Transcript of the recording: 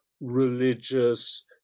religious